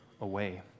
away